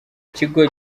kigo